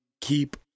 keep